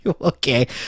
okay